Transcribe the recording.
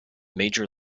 major